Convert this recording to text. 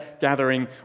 gathering